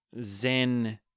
zen